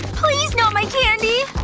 please, not my candy!